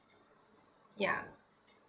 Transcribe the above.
ya